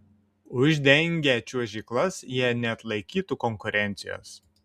uždengę čiuožyklas jie neatlaikytų konkurencijos